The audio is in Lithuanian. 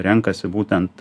renkasi būtent